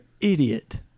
idiot